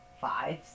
five